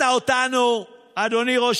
הרי כולנו יודעים מה קורה פה.